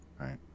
Right